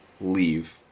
leave